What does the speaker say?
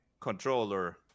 controller